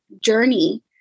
journey